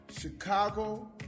Chicago